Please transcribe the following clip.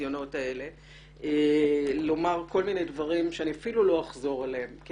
ניסיונות לומר כל מיני דברים שאפילו לא אחזור עליהם.